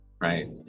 right